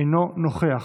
אינו נוכח,